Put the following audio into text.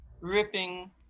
ripping